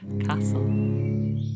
castle